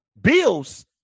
Bills